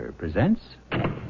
presents